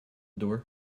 door